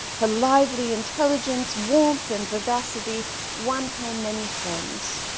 her lively intelligence, warmth and vivacity won her many friends.